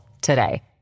today